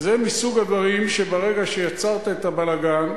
זה מסוג הדברים שברגע שיצרת את הבלגן,